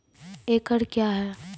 एकड कया हैं?